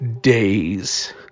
days